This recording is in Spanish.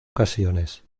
ocasiones